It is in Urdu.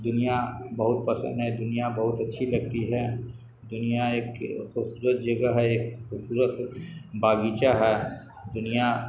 دنیا بہت پسند ہے دنیا بہت اچھی لگتی ہے دنیا ایک خوبصورت جگہ ہے ایک خوبصورت باغیچہ ہے دنیا